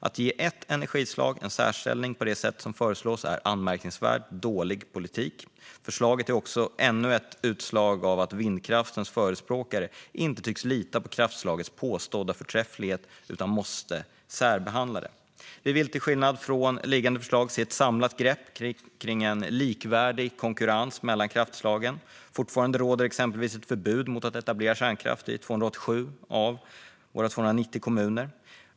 Att ge ett energislag en särställning på det sätt som föreslås är anmärkningsvärt dålig politik. Förslaget är ännu ett utslag av att vindkraftens förespråkare inte tycks lita på kraftslagets påstådda förträfflighet utan måste särbehandla det. Vi vill, till skillnad från i liggande förslag, se ett samlat grepp om en likvärdig konkurrens mellan kraftslagen. Fortfarande råder exempelvis ett förbud mot att etablera kärnkraft i 287 av våra 290 kommuner.